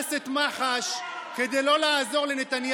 דרס את מח"ש כדי לא לעזור לנתניהו.